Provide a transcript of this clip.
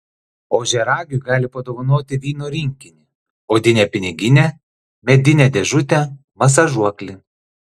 ožiaragiui gali padovanoti vyno rinkinį odinę piniginę medinę dėžutę masažuoklį